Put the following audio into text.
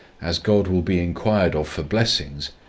as god will be enquired of for blessings,